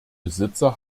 besitzer